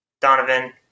Donovan